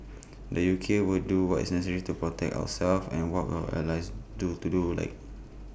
the U K will do what is necessary to protect ourselves and work our allies do to do like